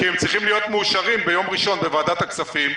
כי הם צריכים להיות מאושרים ביום ראשון בוועדת הכספים.